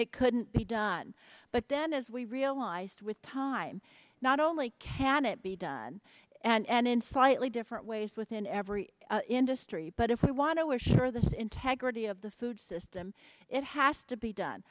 it couldn't be done but then as we realized with time not only can it be done and in slightly different ways within every industry but if we want to assure this integrity of the food system it has to be done